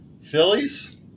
Phillies